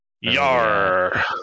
Yar